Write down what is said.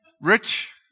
Rich